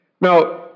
now